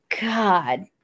God